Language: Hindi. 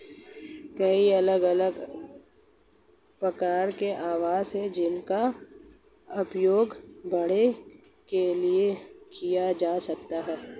कई अलग अलग प्रकार के आवास हैं जिनका उपयोग भेड़ के लिए किया जा सकता है